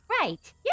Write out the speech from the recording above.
Right